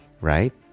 right